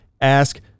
ask